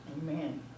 Amen